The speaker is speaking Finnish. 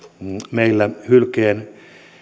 meillä hylkeen